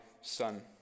son